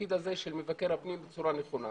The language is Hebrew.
התפקיד הזה של מבקר הפנים בצורה נכונה,